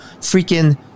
freaking